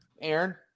Aaron